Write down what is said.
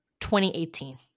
2018